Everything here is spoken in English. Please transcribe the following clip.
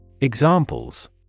Examples